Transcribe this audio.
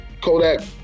Kodak